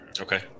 Okay